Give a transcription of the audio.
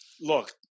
look